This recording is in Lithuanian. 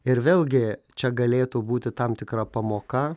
ir vėlgi čia galėtų būti tam tikra pamoka